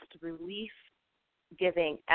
relief-giving